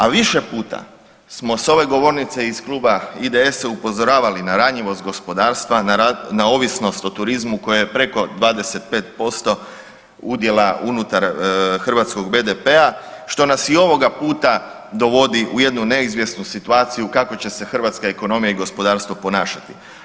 A više puta smo s ove govornice iz Kluba IDS-a upozoravali na ranjivost gospodarstva, na ovisnost o turizmu koja je preko 25% udjela unutar hrvatskog BDP-a što nas i ovoga puta dovodi u jednu neizvjesnu situaciju kako će se hrvatska ekonomija i gospodarstvo ponašati.